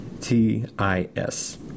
T-I-S